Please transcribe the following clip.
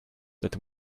that